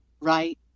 right